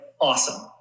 awesome